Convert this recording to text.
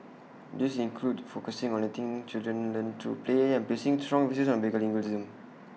these include focusing on letting children learn through play and placing strong emphasis on bilingualism